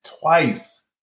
twice